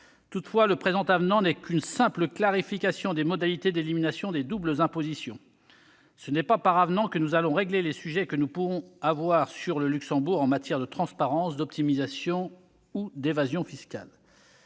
Toutefois, le présent avenant n'est qu'une simple clarification des modalités d'élimination des doubles impositions. Ce n'est pas par avenant que nous allons régler les sujets sur lesquels nous pouvons avoir des discussions avec le Luxembourg en matière de transparence, d'optimisation ou d'évasion fiscales.